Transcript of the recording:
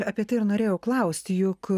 apie tai ir norėjau klausti juk